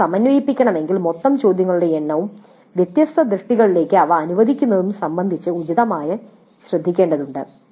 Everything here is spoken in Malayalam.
ഇത് സമന്വയിപ്പിക്കണമെങ്കിൽ മൊത്തം ചോദ്യങ്ങളുടെ എണ്ണവും വ്യത്യസ്ത ദൃഷ്ടികളിലേക്ക് അവ അനുവദിക്കുന്നതും സംബന്ധിച്ച് ഉചിതമായി ശ്രദ്ധിക്കേണ്ടതുണ്ട്